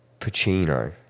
pacino